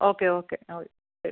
okay okay ആയി ശരി